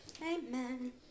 Amen